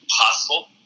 possible